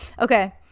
okay